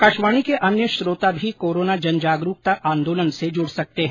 आकाशवाणी के अन्य श्रोता भी कोरोना जनजागरुकता आंदोलन से जूड सकते हैं